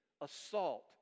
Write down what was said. assault